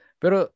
pero